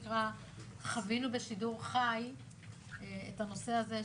חווינו בשידור חי את הנושא הזה,